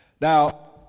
Now